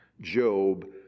Job